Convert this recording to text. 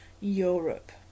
Europe